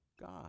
God